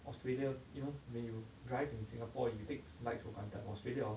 australia you know when you drive in singapore you takes lights for granted australia hor